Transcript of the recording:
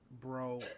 bro